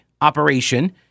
operation